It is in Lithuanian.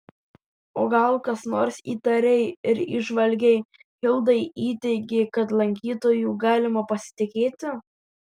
o gal kas nors įtariai ir įžvalgiai hildai įteigė kad lankytoju galima pasitikėti